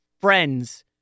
friends